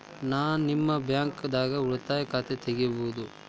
ನಾ ನಿಮ್ಮ ಬ್ಯಾಂಕ್ ದಾಗ ಉಳಿತಾಯ ಖಾತೆ ತೆಗಿಬಹುದ?